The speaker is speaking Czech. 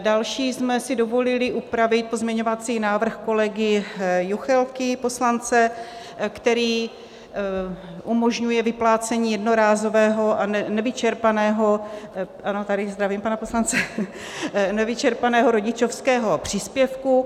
Další jsme si dovolili upravit pozměňovací návrh kolegy poslance Juchelky, který umožňuje vyplácení jednorázového a nevyčerpaného ano, tady zdravím pana poslance nevyčerpaného rodičovského příspěvku.